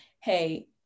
Hey